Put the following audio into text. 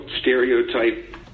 stereotype